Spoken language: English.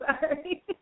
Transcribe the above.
sorry